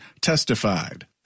testified